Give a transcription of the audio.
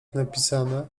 napisane